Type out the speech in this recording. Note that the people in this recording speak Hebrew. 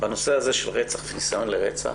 בנושא הזה של רצח וניסיון לרצח,